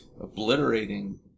obliterating